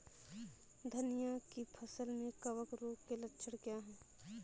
धनिया की फसल में कवक रोग के लक्षण क्या है?